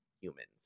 humans